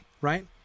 Right